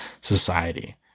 society